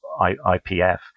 ipf